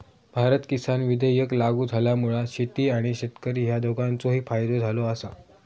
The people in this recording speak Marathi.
भारत किसान विधेयक लागू झाल्यामुळा शेती आणि शेतकरी ह्या दोघांचोही फायदो झालो आसा